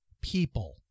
people